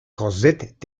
korsett